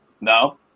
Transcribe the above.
No